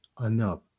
enough